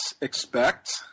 expect